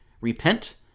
repent